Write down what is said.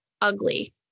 ugly